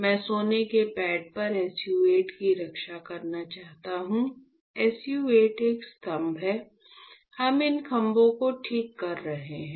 मैं सोने के पैड पर SU 8 की रक्षा करना चाहता हूं SU 8 एक स्तंभ है हम इन खंभों को ठीक कर रहे हैं